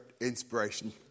inspiration